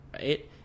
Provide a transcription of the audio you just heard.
right